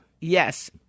Yes